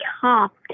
hopped